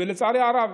לצערי הרב,